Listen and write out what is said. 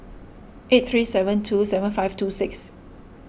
eight three seven two seven five two six